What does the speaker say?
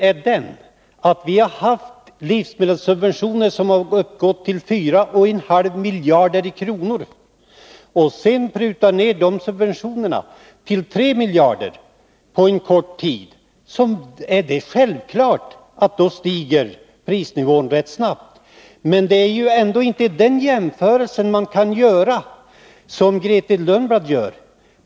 Om nu livsmedelssubventionerna, som har uppgått till 4,5 miljarder kronor, prutas ned till 3 miljarder kronor på kort tid, stiger självklart prisnivån ganska snabbt. Men det är ändå inte den jämförelsen som man kan göra, Grethe Lundblad.